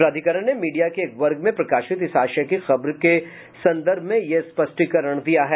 प्राधिकरण ने मीडिया के एक वर्ग में प्रकाशित इस आशय की खबरों के संदर्भ में यह स्पष्टीकरण दिया है